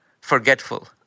forgetful